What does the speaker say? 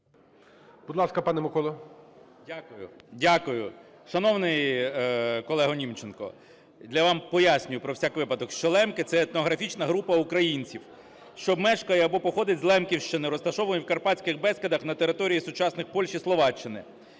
Дякую. Дякую. Шановний колего Німченко, я вам поясню про всяк випадок, що лемки – це етнографічна група українців, що мешкає або походить з Лемківщини, розташована в Карпатських Бескидах на території сучасних Польщі і Словаччини.